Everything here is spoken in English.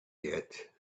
yet